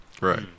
Right